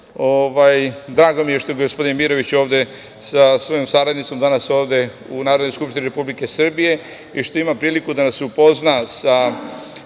Drago mi je što je gospodin Mirović danas ovde sa svojim saradnicom u Narodnoj skupštini Republike Srbije i što ima priliku da nas upozna sa